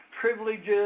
privileges